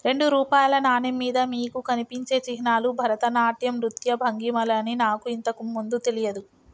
రెండు రూపాయల నాణెం మీద మీకు కనిపించే చిహ్నాలు భరతనాట్యం నృత్య భంగిమలని నాకు ఇంతకు ముందు తెలియదు